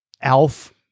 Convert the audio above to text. Alf